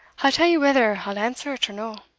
i'll tell you whether i'll answer it or no.